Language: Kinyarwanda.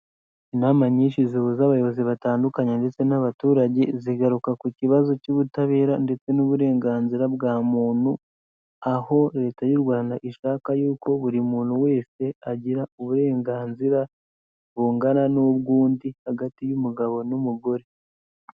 Inama nyinshi zihuza abayobozi batandukanye ndetse n'abaturage, zigaruka ku kibazo cy'ubutabera ndetse n'uburenganzira bwa muntu, aho leta y'u Rwanda ishaka yuko buri muntu wese agira uburenganzira bungana n'ubwundi, hagati y'umugabo n'umugore.